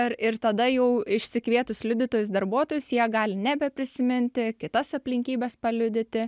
ir ir tada jau išsikvietus liudytojus darbuotojus jie gali nebeprisiminti kitas aplinkybes paliudyti